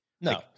No